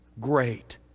great